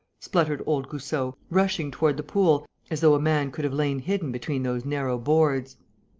spluttered old goussot, rushing toward the pool, as though a man could have lain hidden between those narrow boards.